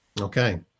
Okay